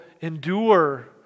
endure